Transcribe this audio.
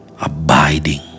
Abiding